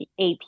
AP